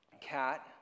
cat